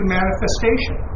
manifestation